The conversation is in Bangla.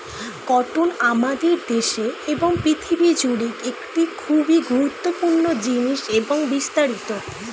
কটন আমাদের দেশে এবং পৃথিবী জুড়ে একটি খুবই গুরুত্বপূর্ণ জিনিস এবং বিস্তারিত